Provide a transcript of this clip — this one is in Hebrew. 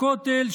הכותל,